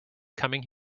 coming